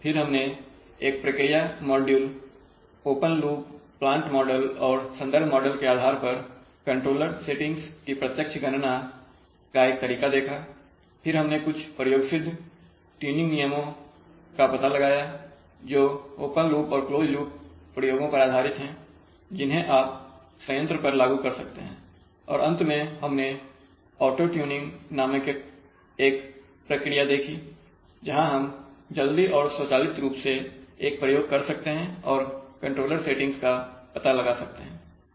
फिर हमने एक प्रक्रिया module open loop plant model और संदर्भ मॉडल के आधार पर कंट्रोलर सेटिंग्स की प्रत्यक्ष गणना का एक तरीका देखा फिर हमने कुछ प्रयोगसिद्ध ट्यूनिंग नियमों का पता लगाया जो ओपन लूप और क्लोज लूप प्रयोगों पर आधारित हैं जिन्हें आप संयंत्र पर लागू कर सकते हैं और अंत में हमने ऑटो ट्यूनिंग नामक एक प्रक्रिया देखी जहाँ हम जल्दी और स्वचालित रूप से एक प्रयोग कर सकते हैं और कंट्रोलर सेटिंग्स का पता लगा सकते हैं